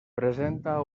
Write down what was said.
presenta